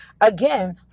again